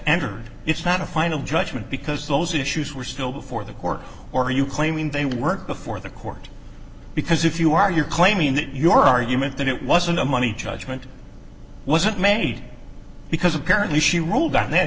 entered it's not a final judgment because those issues were still before the court or are you claiming they weren't before the court because if you are you're claiming that your argument that it wasn't a money judgment wasn't made because apparently she ruled on that